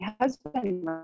husband